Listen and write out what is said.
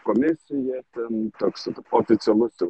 komisija ten toks oficialus jau